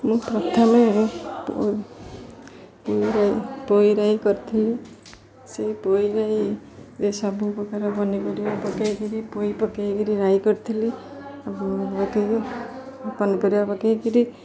ମୁଁ ପ୍ରଥମେ ପୋଇ ରାଇ କରିଥିଲି ସେଇ ପୋଇ ରାଇରେ ସବୁ ପ୍ରକାର ପନିପରିବା ପକାଇ କରି ପୋଇ ପକାଇ କରି ରାଇ କରିଥିଲି ପକାଇ ପନିପରିବା ପକାଇ କରି